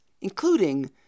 including